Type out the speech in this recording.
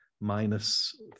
minus